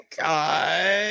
God